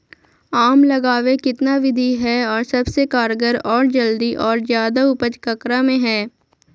आम लगावे कितना विधि है, और सबसे कारगर और जल्दी और ज्यादा उपज ककरा में है?